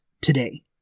today